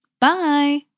Bye